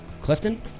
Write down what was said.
Clifton